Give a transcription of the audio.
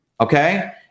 okay